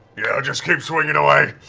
yeah, i just keep swinging away.